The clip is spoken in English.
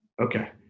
Okay